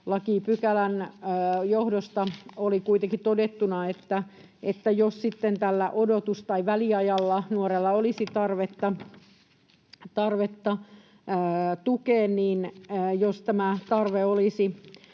lakipykälän johdosta oli kuitenkin todettuna, että jos sitten tällä odotus- tai väliajalla nuorella olisi tarvetta tukeen, jos tämä tarve olisi